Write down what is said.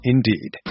Indeed